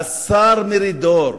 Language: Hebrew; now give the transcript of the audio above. השר מרידור,